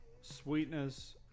sweetness